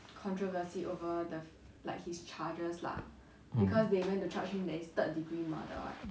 mm